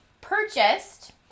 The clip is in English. Purchased